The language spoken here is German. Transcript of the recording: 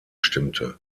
stimmte